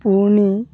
ପୁଣି